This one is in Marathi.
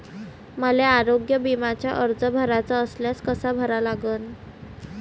मले आरोग्य बिम्याचा अर्ज भराचा असल्यास कसा भरा लागन?